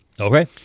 Okay